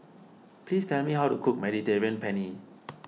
please tell me how to cook Mediterranean Penne